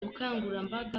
bukangurambaga